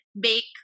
bake